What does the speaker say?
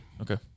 Okay